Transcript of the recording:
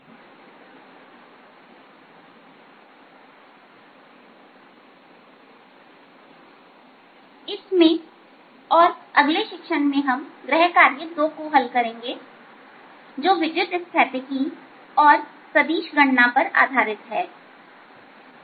assignment 2 समस्या संख्या 1 4 इसमें और अगले शिक्षण में हम गृह कार्य 2 को हल करेंगे जो विद्युत स्थैतिकी और सदिश गणना पर आधारित है